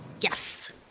Yes